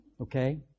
okay